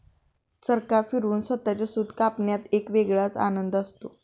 चरखा फिरवून स्वतःचे सूत कापण्यात एक वेगळाच आनंद असतो